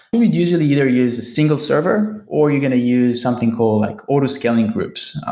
you would usually either use a single server or you're going to use something called like auto scaling groups.